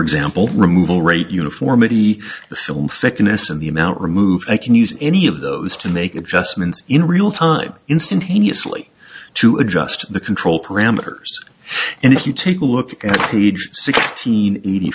example removal rate uniformity the silm fitness and the amount removed i can use any of those to make adjustments in real time instantaneously to adjust the control parameters and if you take a look at page sixteen eighty